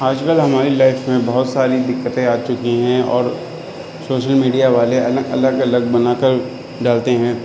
آج کل ہماری لائف میں بہت ساری دقتیں آ چکی ہیں اور سوشل میڈیا والے الگ الگ الگ بنا کر ڈالتے ہیں